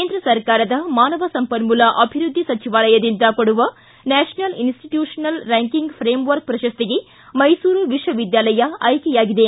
ಕೇಂದ್ರ ಸರ್ಕಾರದ ಮಾನವ ಸಂಪನ್ಮೂಲ ಅಭಿವ್ಯದ್ದಿ ಸಚಿವಾಲಯದಿಂದ ಕೊಡುವ ನ್ಯಾಷನಲ್ ಇನಸ್ಸಿಟ್ಯೂಷ್ನಲ್ ರ್ಯಾಂಕಿಂಗ್ ಫ್ರೆಮ್ವರ್ಕ್ ಪ್ರಶಸ್ತಿಗೆ ಮೈಸೂರು ವಿಶ್ವವಿದ್ಯಾಲಯ ಆಯ್ಕೆಯಾಗಿದೆ